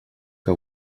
que